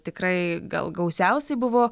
tikrai gal gausiausiai buvo